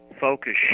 focus